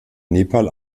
nepal